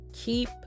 keep